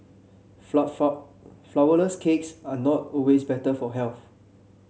flour four flourless cakes are not always better for health